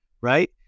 right